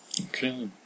Okay